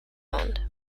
owned